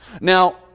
Now